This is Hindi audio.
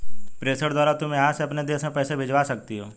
प्रेषण द्वारा तुम यहाँ से अपने देश में पैसे भिजवा सकती हो